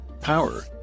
Power